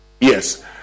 yes